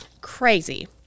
crazy